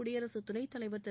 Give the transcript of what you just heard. குடியரசுத் துணைத் தலைவர் திரு